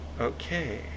okay